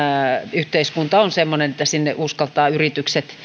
yhteiskunta on semmoinen että sinne uskaltavat yritykset